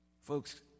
Folks